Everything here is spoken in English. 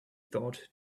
thought